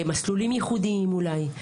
מסלולים ייחודיים אולי,